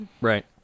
Right